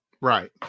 right